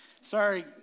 Sorry